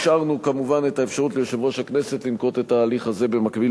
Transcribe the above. השארנו כמובן את האפשרות ליושב-ראש הכנסת לנקוט את ההליך הזה במקביל,